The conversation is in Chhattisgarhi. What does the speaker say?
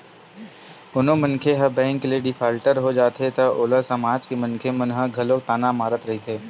कोनो मनखे ह बेंक ले डिफाल्टर हो जाथे त ओला समाज के मनखे मन ह घलो ताना मारत रहिथे